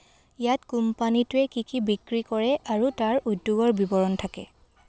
ইয়াত কোম্পানীটোৱে কি কি বিক্ৰী কৰে আৰু তাৰ উদ্যোগৰ বিৱৰণ থাকে